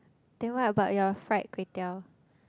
then what about your fried-kway-teow